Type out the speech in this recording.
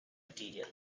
material